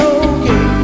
okay